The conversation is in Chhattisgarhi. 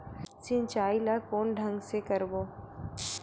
सिंचाई ल कोन ढंग से करबो?